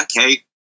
okay